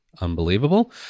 unbelievable